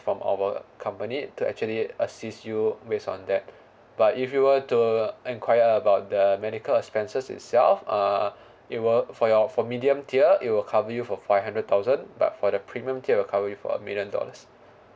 from our company to actually assist you based on that but if you were to enquire about the medical expenses itself uh it will for your for medium tier it will cover you for five hundred thousand but for the premium tier will cover you for a million dollars